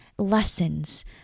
lessons